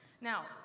now